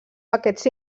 aquests